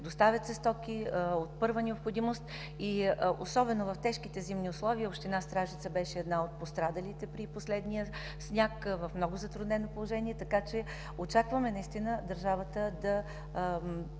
доставят се стоки от първа необходимост. Особено в тежките зимни условия община Стражица беше една от пострадалите при последния сняг – в много затруднено положение, така че очакваме държавата да